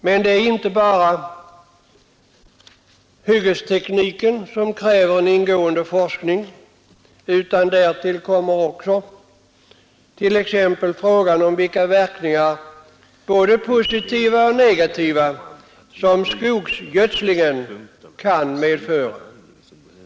Men det är inte bara hyggestekniken som kräver en ingående forskning. Därtill kommer också t.ex. frågan om vilka verkningar, både positiva och negativa, som skogsgödslingen kan få.